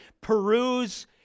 peruse